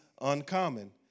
uncommon